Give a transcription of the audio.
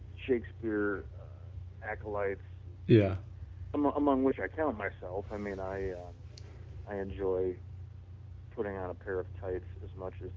shakespeare acolytes yeah among among which i count myself, i mean i i enjoy putting on a pair of tights as much as